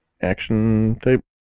action-type